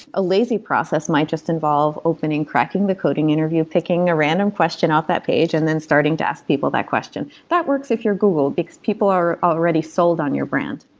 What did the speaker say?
a lazy process might just involve opening, cracking the coding interview, picking a random question off that page and then starting to ask people that question. that works if you're google, because people are already sold on your brand.